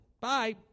Bye